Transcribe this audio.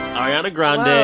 ariana grande. yeah